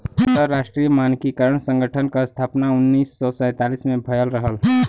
अंतरराष्ट्रीय मानकीकरण संगठन क स्थापना उन्नीस सौ सैंतालीस में भयल रहल